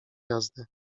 jazdy